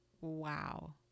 Wow